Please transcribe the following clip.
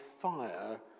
fire